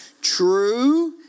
True